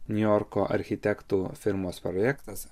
niujorko architektų firmos projektas